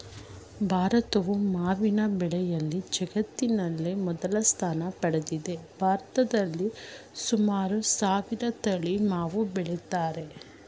ಭಾರತವು ಮಾವಿನ ಬೆಳೆಯಲ್ಲಿ ಜಗತ್ತಿನಲ್ಲಿ ಮೊದಲ ಸ್ಥಾನ ಪಡೆದಿದೆ ಭಾರತದಲ್ಲಿ ಸುಮಾರು ಸಾವಿರ ತಳಿ ಮಾವು ಬೆಳಿತಾರೆ